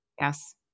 Yes